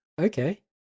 okay